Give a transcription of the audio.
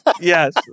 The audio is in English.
Yes